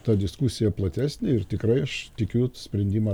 ta diskusija platesnė ir tikrai aš tikiu sprendimą